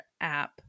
app